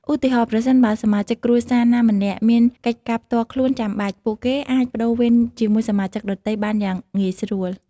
ឧទាហរណ៍ ប្រសិនបើសមាជិកគ្រួសារណាម្នាក់មានកិច្ចការផ្ទាល់ខ្លួនចាំបាច់ ពួកគេអាចប្តូរវេនជាមួយសមាជិកដទៃបានយ៉ាងងាយស្រួល។